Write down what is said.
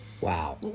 Wow